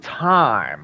Time